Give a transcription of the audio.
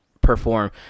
perform